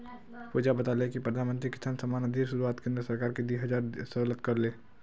पुजा बताले कि प्रधानमंत्री किसान सम्मान निधिर शुरुआत केंद्र सरकार दी हजार सोलत कर ले